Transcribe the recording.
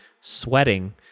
sweating